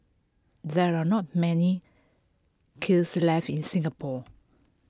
there are not many kilns left in Singapore